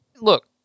Look